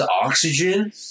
oxygen